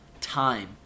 time